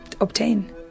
obtain